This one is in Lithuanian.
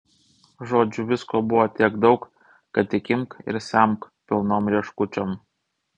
žodžiu visko buvo tiek daug kad tik imk ir semk pilnom rieškučiom